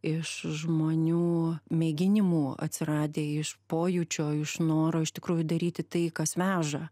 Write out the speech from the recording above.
iš žmonių mėginimų atsiradę iš pojūčio iš noro iš tikrųjų daryti tai kas veža